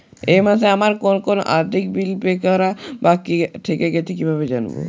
এই মাসে আমার কোন কোন আর্থিক বিল পে করা বাকী থেকে গেছে কীভাবে জানব?